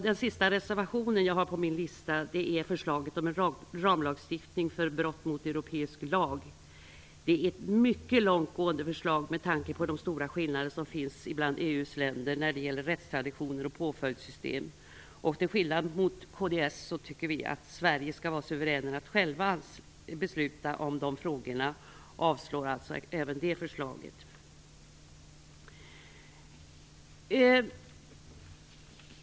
Den sista reservation som jag har på min lista är förslaget om en ramlagstiftning för brott mot europeisk lag. Det är ett mycket långtgående förslag med tanke på de stora skillnader som finns mellan EU:s länder när det gäller rättstraditioner och påföljdssystem. Till skillnad från kds tycker vi att vi i Sverige skall vara suveräna att själva besluta om de frågorna. Vi avslår alltså även det förslaget.